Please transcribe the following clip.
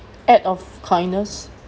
act of kindness